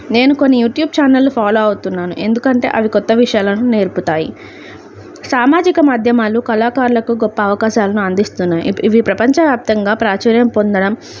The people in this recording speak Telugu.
నేను కొన్ని యూట్యూబ్ ఛానళ్ళు ఫాలో అవుతున్నాను ఎందుకంటే అవి కొత్త విషయాలను నేర్పుతాయి సామాజిక మాధ్యమాలు కళాకారులకు గొప్ప అవకాశాలను అందిస్తున్నాయి ఇవి ప్రపంచవ్యాప్తంగా ప్రాచుర్యం పొందడం